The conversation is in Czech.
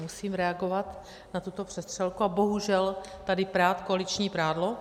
Musím reagovat na tuto přestřelku a bohužel tady prát koaliční prádlo.